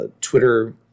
Twitter